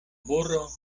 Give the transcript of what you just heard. burro